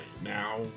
Now